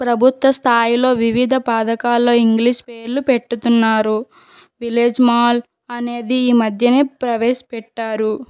ప్రభుత్వ స్థాయిలో వివిధ పథకాలు ఇంగ్లీష్ పేర్లు పెట్టుతున్నారు విలేజ్ మాల్ అనేది ఈ మధ్యనే ప్రవేశపెట్టారు